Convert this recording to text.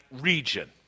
region